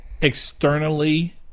externally